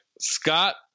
Scott